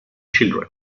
children